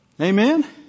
Amen